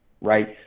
Right